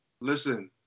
Listen